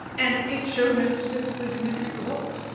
and it showed no statistically significant results